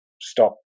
stop